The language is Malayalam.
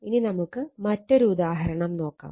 ഇനി നമുക്ക് മറ്റൊരു ഉദാഹരണം നോക്കാം